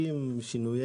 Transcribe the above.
ונוסחיים,